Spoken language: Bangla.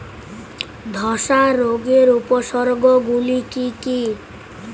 ধসা রোগের উপসর্গগুলি কি কি?